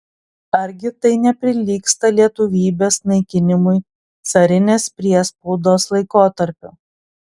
argi tai neprilygsta lietuvybės naikinimui carinės priespaudos laikotarpiu